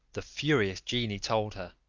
the furious genie told her,